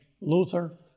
Luther